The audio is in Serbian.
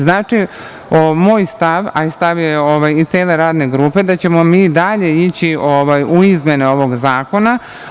Znači, moj stav, a i stav i cele Radne grupe, da ćemo mi dalje ići u izmene ovog zakona.